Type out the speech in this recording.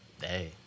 Hey